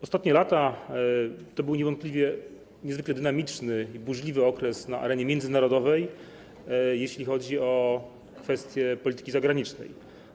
Ostatnie lata stanowiły niewątpliwie niezwykle dynamiczny, burzliwy okres na arenie międzynarodowej, jeśli chodzi o kwestie polityki zagranicznej.